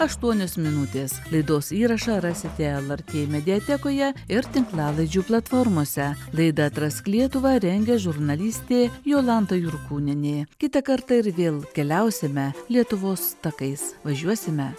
aštuonios minutės laidos įrašą rasite lrt mediatekoje ir tinklalaidžių platformose laida atrask lietuvą rengia žurnalistė jolanta jurkūnienė kitą kartą ir vėl keliausime lietuvos takais važiuosime